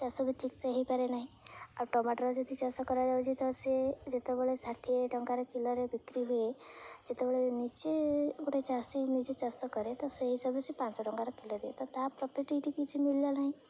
ଚାଷ ବି ଠିକ୍ ସେ ହୋଇପାରେ ନାହିଁ ଆଉ ଟମାଟ ଯଦି ଚାଷ କରାଯାଉଛି ତ ସିଏ ଯେତେବେଳେ ଷାଠିଏ ଟଙ୍କାର କିଲରେ ବିକ୍ରି ହୁଏ ଯେତେବେଳେ ନିଜେ ଗୋଟେ ଚାଷୀ ନିଜେ ଚାଷ କରେ ତ ସେଇ ହିସାବରେ ସେ ପାଞ୍ଚ ଟଙ୍କାର କିଲୋ ଦିଏ ତ ତାହା ପ୍ରଫିଟ୍ କିଛି ମିଳିଲା ନାହିଁ